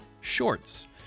Shorts